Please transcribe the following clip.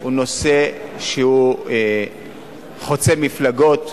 הוא נושא חוצה מפלגות.